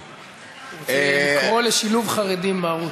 הוא רוצה לקרוא לשילוב חרדים בערוץ.